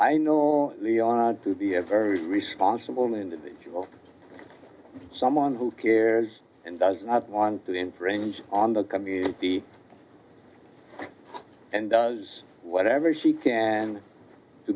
know to be a very responsible individual someone who cares and does not want to infringe on the community and does whatever she can to